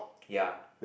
ya